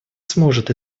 сможет